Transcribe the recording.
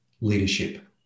leadership